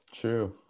True